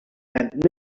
and